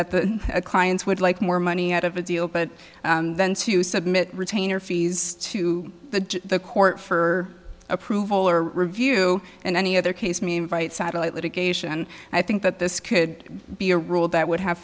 certain that the clients would like more money out of a deal but then to submit retainer fees to the the court for approval or review and any other case me invite satellite litigation i think that this could be a rule that would have